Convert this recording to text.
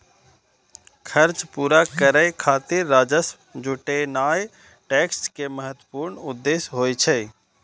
खर्च पूरा करै खातिर राजस्व जुटेनाय टैक्स के महत्वपूर्ण उद्देश्य होइ छै